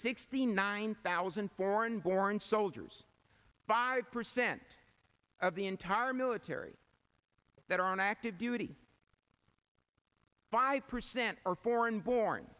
sixty nine thousand foreign born soldiers five percent of the entire military that are on active duty five percent or foreign born